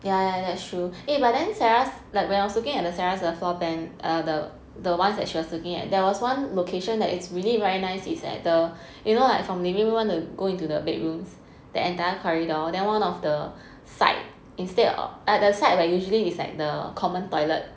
yeah yeah that's true eh but then says like when I was looking at the center for band or the the ones that she was looking at there was one location that it's really very nice is the you know like from leaving you want to go into the bedrooms the entire corridor then one of the site instead of at the site where usually is like the common toilet